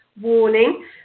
warning